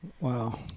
wow